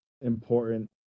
important